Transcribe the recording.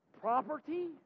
Property